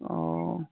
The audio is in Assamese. অঁ